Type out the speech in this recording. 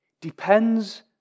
depends